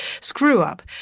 screw-up